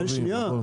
נכון.